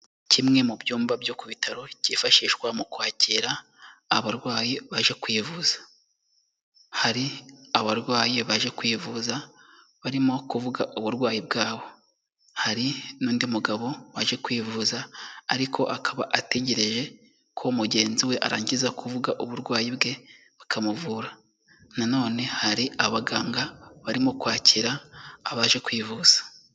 Kimwe mu byumba byo ku bitaro kifashishwa mu kwakira abarwayi baje kwivuza. Hari abarwayi baje kwivuza barimo kuvuga uburwayi bwabo. Hari n'undi mugabo waje kwivuza ariko akaba ategereje ko mugenzi we arangiza kuvuga uburwayi bwe bakamuvura. Nanone hari abaganga barimo kwakira abaje kwivuza.